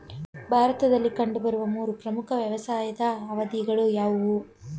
ಭಾರತದಲ್ಲಿ ಕಂಡುಬರುವ ಮೂರು ಪ್ರಮುಖ ವ್ಯವಸಾಯದ ಅವಧಿಗಳು ಯಾವುವು?